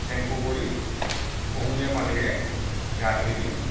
shampoo কৰি কুহুমীয়া পানীৰে গা ধুই দিওঁ